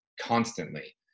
constantly